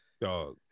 Dog